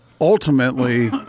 ultimately